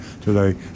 Today